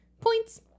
Points